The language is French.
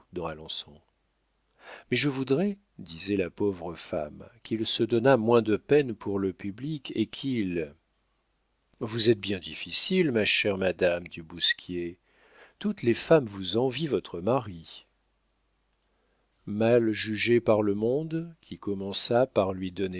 mais je voudrais disait la pauvre femme qu'il se donnât moins de peine pour le public et qu'il vous êtes bien difficile ma chère madame du bousquier toutes les femmes vous envient votre mari mal jugée par le monde qui commença par lui donner